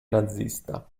nazista